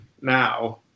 now